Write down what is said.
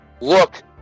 look